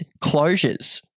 closures